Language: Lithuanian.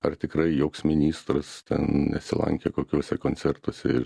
ar tikrai joks ministras ten nesilankė kokiuose koncertuose ir